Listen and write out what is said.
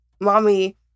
Mommy